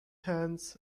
hands